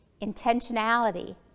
intentionality